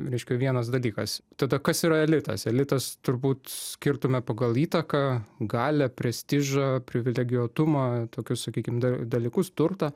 reiškia vienas dalykas tada kas yra elitas elitas turbūt skirtume pagal įtaką galią prestižą privilegijuotumą tokius sakykim da dalykus turtą